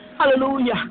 Hallelujah